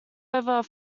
over